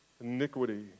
iniquity